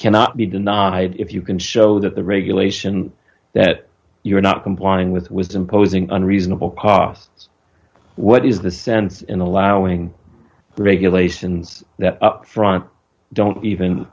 cannot be denied if you can show that the regulation that you are not complying with was imposing on reasonable cost what is the sense in allowing the regulations that upfront don't even